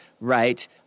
right